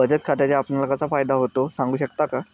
बचत खात्याचा आपणाला कसा फायदा होतो? सांगू शकता का?